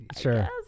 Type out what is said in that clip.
Sure